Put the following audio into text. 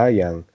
yang